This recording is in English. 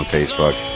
Facebook